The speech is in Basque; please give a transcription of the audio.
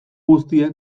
guztiek